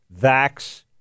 vax